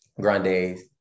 Grande's